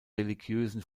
religiösen